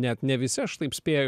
net ne visi aš taip spėju